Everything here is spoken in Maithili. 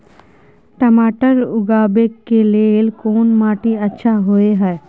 टमाटर उगाबै के लेल कोन माटी अच्छा होय है?